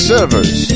Servers